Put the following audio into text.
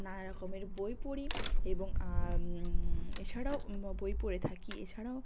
নানা রকমের বই পড়ি এবং এছাড়াও বই পড়ে থাকি এছাড়াও